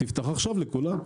תפתח עכשיו לכולם.